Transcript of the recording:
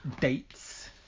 dates